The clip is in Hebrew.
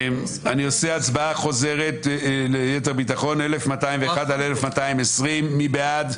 אני עושה הצבעה חוזרת ליתר ביטחון על 1220-1201. מי בעד?